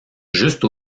juste